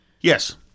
Yes